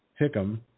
Hickam